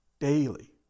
daily